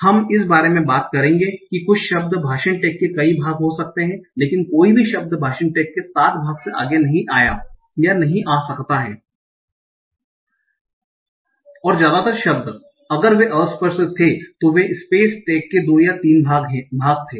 हम इस बारे में बात करेंगे कि कुछ शब्द भाषण टैग के कई भाग हो सकते हैं लेकिन कोई भी शब्द भाषण टैग के 7 भाग से आगे नहीं हैं और ज्यादातर शब्द अगर वे अस्पष्ट थे तो वे स्पेस टैग के 2 या 3 भाग थे